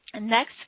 Next